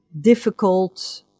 difficult